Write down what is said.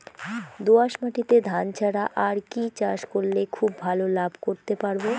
দোয়াস মাটিতে ধান ছাড়া আর কি চাষ করলে খুব ভাল লাভ করতে পারব?